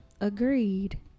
Agreed